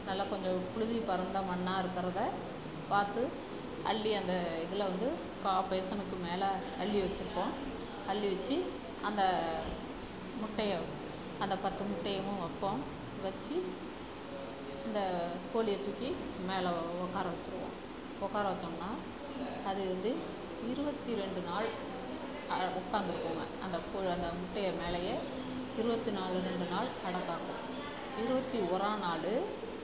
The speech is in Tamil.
நல்லா கொஞ்சம் புழுதி பறந்த மண்ணாக இருக்கிறத பார்த்து அள்ளி அந்த இதில்வந்து கா பேஸனுக்கு மேலே அள்ளி வச்சிருப்போம் அள்ளி வச்சு அந்த முட்டையை அந்த பத்து முட்டையவும் வைப்போம் வச்சு இந்த கோழியைத் தூக்கி மேலே உட்கார வச்சிருவோம் உட்கார வச்சோம்னால் அது வந்து இருபத்தி ரெண்டு நாள் உட்காந்து இருக்குதுங்க அந்தக் கோ அந்த முட்டையை மேலேயே இருபத்தி நாலு ரெண்டு நாள் அட காக்கும் இருபத்தி ஒரா நாள்